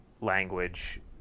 language